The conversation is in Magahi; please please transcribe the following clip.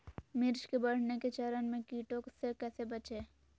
मिर्च के बढ़ने के चरण में कीटों से कैसे बचये?